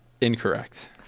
Incorrect